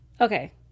Okay